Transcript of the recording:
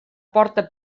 porta